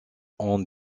ont